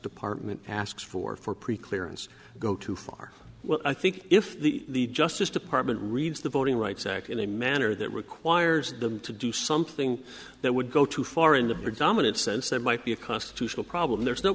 department asks for for pre clearance go too far well i think if the justice department reads the voting rights act in a manner that requires them to do something that would go too far in the predominant sense that might be a constitutional problem there's no